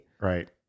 Right